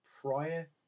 prior